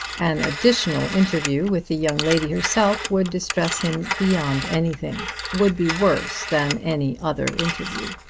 an additional interview with the young lady herself would distress him beyond anything would be worse than any other interview.